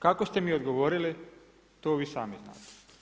Kako ste mi odgovorili to vi sami znate.